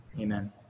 Amen